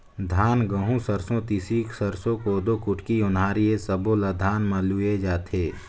धान, गहूँ, सरसो, तिसी, सरसो, कोदो, कुटकी, ओन्हारी ए सब्बो ल धान म लूए जाथे